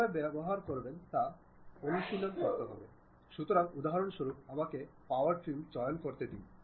সুতরাং আমি সবসময় কিছু অন্যান্য ধরণের হ্যাশ জাতীয় রঙ দিতে পারি উদাহরণস্বরূপ আমি দিতে চাই স্যাফরন